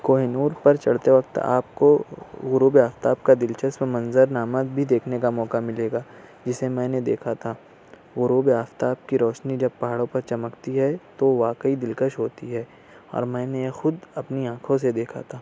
کوہ نور پر چڑھتے وقت آپ کو غروب آفتاب کا دلچسپ منظر نامہ بھی دیکھنے کا موقع ملے گا جسے میں نے دیکھا تھا غروب آفتاب کی روشنی جب پہاڑوں پر چمکتی ہے تو واقعی دلکش ہوتی ہے اور میں نے یہ خود اپنی آنکھوں سے دیکھا تھا